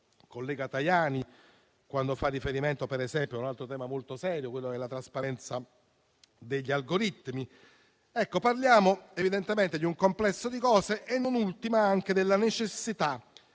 parole, allorquando fa riferimento ad un altro tema molto serio, quello della trasparenza degli algoritmi. Parliamo, evidentemente, di un complesso di questioni, non ultima anche la necessità